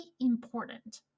important